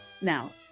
now